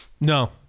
No